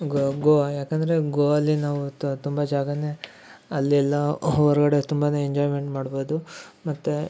ಗೋವಾ ಯಾಕಂದರೆ ಗೋವಾ ಅಲ್ಲಿ ನಾವು ತುಂಬಾ ಜಾಗನೇ ಅಲ್ಲೆಲ್ಲ ಹೊರಗಡೆ ತುಂಬಾನೇ ಎಂಜಾಯ್ಮೆಂಟ್ ಮಾಡ್ಬೋದು ಮತ್ತು